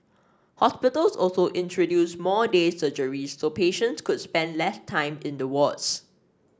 hospitals also introduced more day surgeries so patient could spend less time in the wards